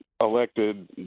elected